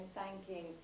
thanking